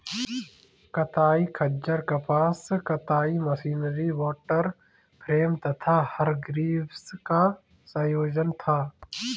कताई खच्चर कपास कताई मशीनरी वॉटर फ्रेम तथा हरग्रीव्स का संयोजन था